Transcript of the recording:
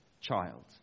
child